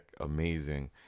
amazing